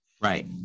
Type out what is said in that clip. right